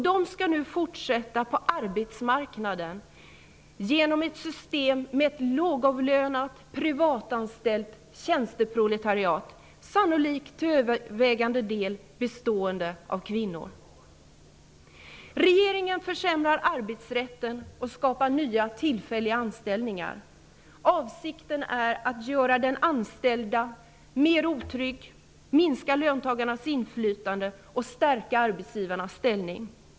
De skall nu fortsätta på arbetsmarknaden genom ett system med ett lågavlönat, privatanställt tjänsteproletariat, sannolikt till övervägande del bestående av kvinnor. Regeringen försämrar arbetsrätten och skapar nya tillfälliga anställningar. Avsikten är att göra den anställda mer otrygg, minska löntagarnas inflytande och stärka arbetsgivarnas ställning.